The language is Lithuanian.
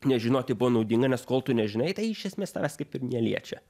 nežinoti buvo naudinga nes kol tu nežinai tai iš esmės tavęs kaip ir neliečia